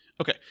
okay